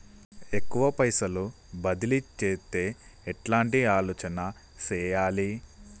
ఎక్కువ పైసలు బదిలీ చేత్తే ఎట్లాంటి ఆలోచన సేయాలి?